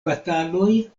bataloj